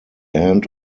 end